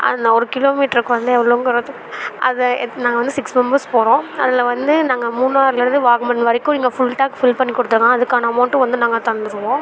அதை நான் ஒரு கிலோமீட்டருக்கு வந்து எவ்வளோங்குறது அதை நாங்கள் வந்து சிக்ஸ் மெம்பர்ஸ் போகறோம் அதில் வந்து நாங்கள் மூணாரில் இருந்து வாகமன் வரைக்கும் நீங்கள் ஃபுல் டேங்க் ஃபுல் பண்ணிக் கொடுத்துருங்க அதற்கான அமௌண்ட்டும் வந்து நாங்கள் தந்துருவோம்